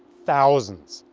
thousands.